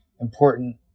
important